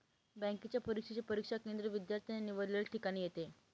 बँकेच्या परीक्षेचे परीक्षा केंद्र विद्यार्थ्याने निवडलेल्या ठिकाणी येते